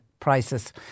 prices